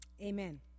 Amen